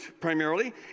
primarily